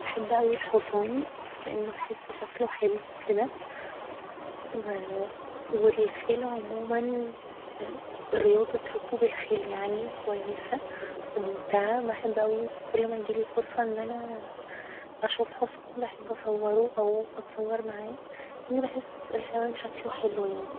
بحب اوي الحصان لان بحس شكله حلو كده و الخيل عموما رياضة ركوب الخيل يعني كويسة و ممتعة بحب اوي كل ما يجيلي فرصة ان أنا أشوف حصان بحب أصوره او أتصور معاه لأني بحس الحيوان شكله حلو يعني